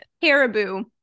caribou